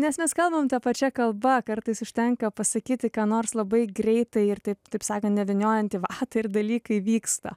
nes mes kalbam ta pačia kalba kartais užtenka pasakyti ką nors labai greitai ir taip taip sakant nevyniojant į vatą ir dalykai vyksta